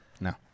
No